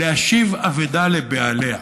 להשיב אבדה לבעליה,